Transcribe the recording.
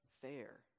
fair